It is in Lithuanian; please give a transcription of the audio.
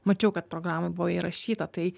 mačiau kad programoj buvo įrašyta tai